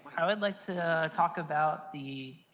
i would like to talks about the